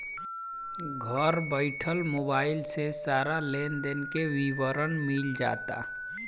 घर बइठल मोबाइल से सारा लेन देन के विवरण मिल जाता